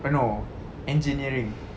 eh no engineering